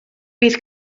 bydd